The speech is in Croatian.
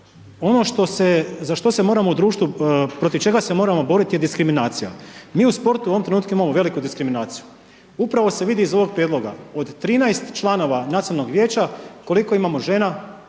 se, za što se moramo u društvu, protiv čega se moramo borit je diskriminacija. Mi u sportu u ovom trenutku imamo veliku diskriminaciju, upravo se vidi iz ovog prijedloga, od 13 članova nacionalnog vijeća, koliko imamo žena,